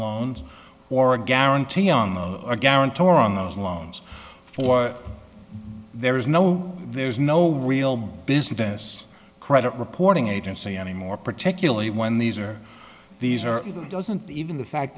loans or a guarantee on a guarantor on those loans or there is no there's no real business credit reporting agency anymore particularly when these are these are doesn't even the fact